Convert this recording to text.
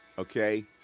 Okay